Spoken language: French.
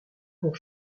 pour